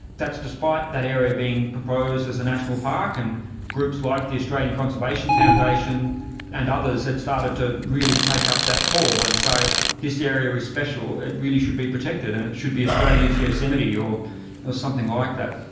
that's despite that area being proposed as a national park, and groups like the australian conservation foundation and others had started to really take up that call and say this area is special, it really should be protected and it should be australia's yosemite or something like that.